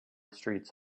streets